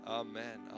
amen